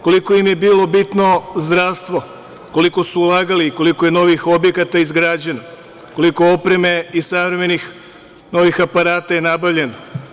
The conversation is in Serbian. Koliko im je bilo bitno zdravstvo, koliko su ulagali i koliko je novih objekata izgrađeno, koliko opreme i savremenih novih aparata je nabavljeno?